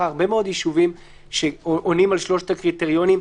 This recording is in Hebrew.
הרבה מאוד יישובים שעונים על שלושת הקריטריונים.